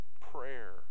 prayer